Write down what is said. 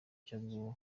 cyo